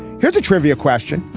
here's a trivia question.